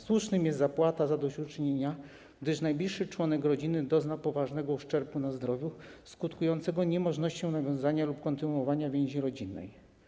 Słuszna jest zapłata zadośćuczynienia, gdy najbliższy członek rodziny dozna poważnego uszczerbku na zdrowiu skutkującego niemożnością nawiązania lub kontynuowania więzi rodzinnej.